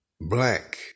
black